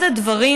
אחד הדברים